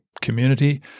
community